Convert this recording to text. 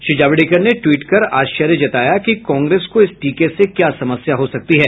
श्री जावड़ेकर ने ट्वीट कर आश्चर्य जताया कि कांग्रेस को इस टीके से क्या समस्या हो सकती है